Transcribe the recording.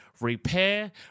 repair